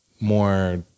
more